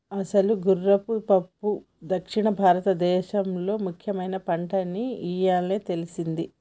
అసలు గుర్రపు పప్పు దక్షిణ భారతదేసంలో ముఖ్యమైన పంటని ఇయ్యాలే తెల్సింది